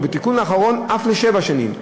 ובתיקון האחרון אף לשבע שנים.